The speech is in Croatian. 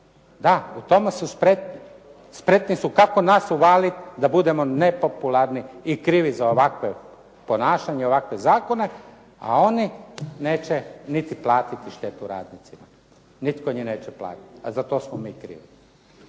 Da, u tome su spretni. Spretni su kako nas uvaliti da budemo nepopularni i krivi za ovakvo ponašanje, ovakve zakone a oni neće niti platiti štetu radnicima. Nitko im neće platiti, a za to smo mi krivi.